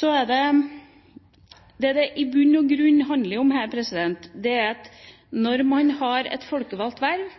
Det som det i bunn og grunn handler om, er at når du har et folkevalgt verv